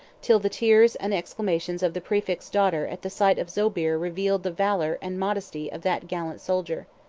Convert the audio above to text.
till the tears and exclamations of the praefect's daughter at the sight of zobeir revealed the valor and modesty of that gallant soldier.